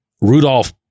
Rudolph